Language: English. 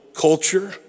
culture